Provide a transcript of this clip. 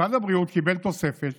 משרד הבריאות קיבל תוספת